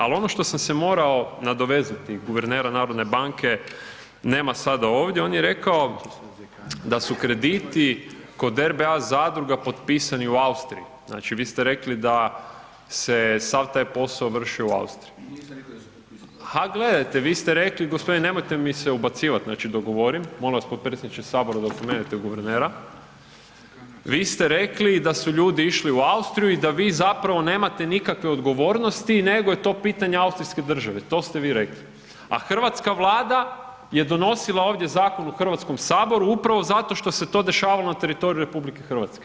Al ono na što sam se morao nadovezati, guvernera narodne banke nema sada ovdje, on je rekao da su krediti kod RBA zadruga potpisani u Austriji, znači vi ste rekli da se sav taj posao vršio u Austriji … [[Upadica iz klupe se ne razumije]] Ha, gledajte vi ste rekli, gospodine nemojte mi se ubacivat znači dok govorim, molim vas potpredsjedniče sabora da opomenete guvernera, vi ste rekli da su ljudi išli u Austriju i da vi zapravo nemate nikakve odgovornosti nego je to pitanje austrijske države, to ste vi rekli, a hrvatska Vlada je donosila ovdje zakon u HS upravo zato što se to dešavalo na teritoriju RH.